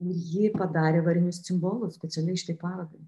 ir ji padarė varinius cimbolus specialiai šitai parodai